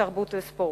התרבות והספורט,